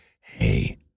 hey